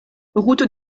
route